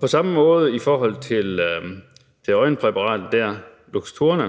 på samme måde i forhold til det der øjenpræparat Luxturna.